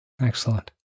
Excellent